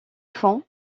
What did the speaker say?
fond